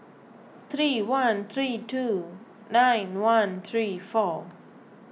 three one three two nine one three four